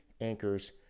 anchors